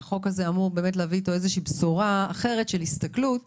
והחוק הזה אמור להביא אתו בשורה אחרת של הסתכלות